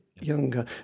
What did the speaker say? younger